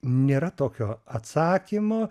nėra tokio atsakymo